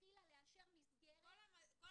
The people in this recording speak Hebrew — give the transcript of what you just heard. מלכתחילה לאשר מסגרת שהמבנה לא מותאם --- כל המצב